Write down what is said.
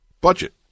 budget